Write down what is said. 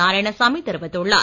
நாராயணசாமி தெரிவித்துள்ளார்